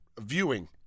viewing